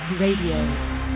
Radio